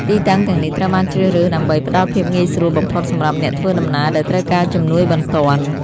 ទីតាំងទាំងនេះត្រូវបានជ្រើសរើសដើម្បីផ្តល់ភាពងាយស្រួលបំផុតសម្រាប់អ្នកធ្វើដំណើរដែលត្រូវការជំនួយបន្ទាន់។